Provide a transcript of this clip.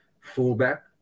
fullback